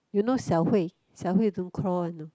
you know Xiao-Hui Xiao-Hui don't crawl one you know